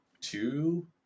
two